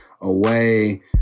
away